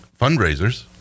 fundraisers